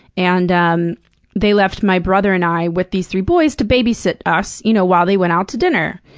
and um they left my brother and i with these three boys to babysit us you know while they went out to dinner.